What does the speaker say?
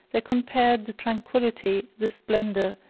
they compared the tranquillity, the splendor,